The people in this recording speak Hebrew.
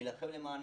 נילחם למענם,